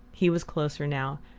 he was closer now,